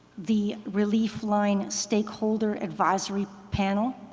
the relief line stakeholder advisory panel,